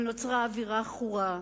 אבל נוצרה אווירה עכורה,